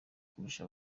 kurusha